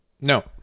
No